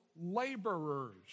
laborers